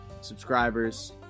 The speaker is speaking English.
subscribers